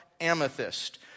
amethyst